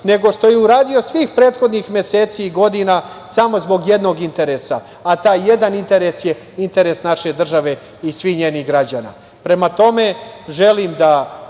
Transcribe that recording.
nego što je uradio svih prethodnih meseci i godina samo zbog jednog interesa, a taj jedan interes je interes naše države i svih njenih građana. Prema tome, želim da